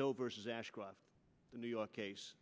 overseas ashcroft the new york case